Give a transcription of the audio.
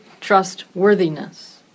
trustworthiness